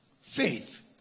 Faith